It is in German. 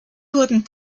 wurden